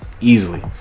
easily